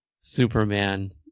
Superman